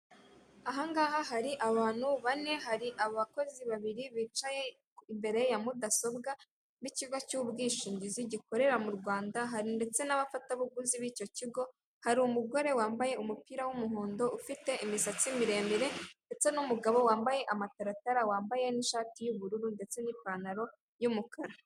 Ahangaha hari abantu bane hari abakozi babiri bicaye imbere ya mudasobwa b'ikigo cy'ubwishingizi gikorera mu Rwanda, hari ndetse n'abafatabuguzi b'icyo kigo hari umugore wambaye umupira w'umuhondo ufite imisatsi miremire, ndetse n'umugabo wambaye amataratara wambaye n'ishati y'ubururu ndetse n'ipantaro y'umukara.